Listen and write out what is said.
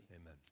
Amen